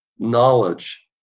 Knowledge